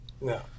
No